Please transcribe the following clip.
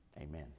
Amen